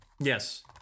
Yes